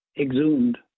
exhumed